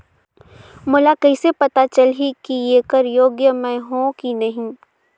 मोला कइसे पता चलही की येकर योग्य मैं हों की नहीं?